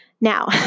Now